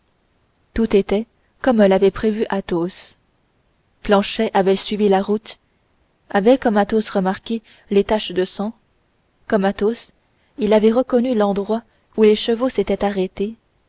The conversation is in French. tout était comme l'avait prévu athos planchet avait suivi la route avait comme athos remarqué les taches de sang comme athos il avait reconnu l'endroit où les chevaux s'étaient arrêtés